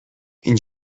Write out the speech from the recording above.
این